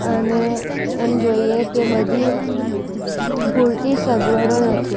અને એમ જોઈએ કે બધી પૂરતી સગવડો નથી